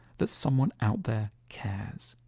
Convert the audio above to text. that someone out there cares.